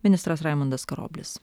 ministras raimundas karoblis